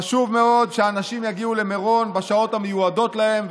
חשוב מאוד שאנשים יגיעו למירון בשעות המיועדות להם,